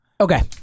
Okay